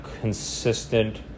consistent